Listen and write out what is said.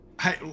hey